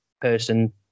person